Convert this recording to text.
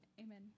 Amen